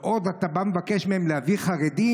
ועוד אתה בא ומבקש מהם להביא חרדים.